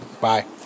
Bye